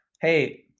hey